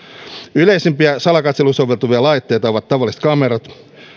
yleisimpiä salakatseluun soveltuvia laitteita ovat tavalliset kamerat